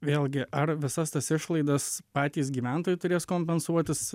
vėlgi ar visas tas išlaidas patys gyventojai turės kompensuotis